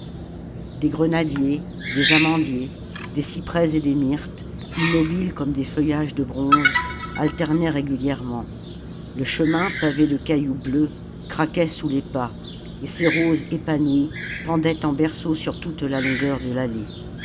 des grenadiers des amandiers des cyprès et des myrtes immobiles comme des feuillages de bronze alternaient régulièrement le chemin pavé de cailloux bleus craquait sous les pas et i salammbo roses épanouies pendaient en berceau sur toute la longueur de l'allée